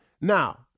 Now